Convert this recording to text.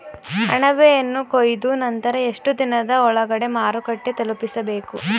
ಅಣಬೆಯನ್ನು ಕೊಯ್ದ ನಂತರ ಎಷ್ಟುದಿನದ ಒಳಗಡೆ ಮಾರುಕಟ್ಟೆ ತಲುಪಿಸಬೇಕು?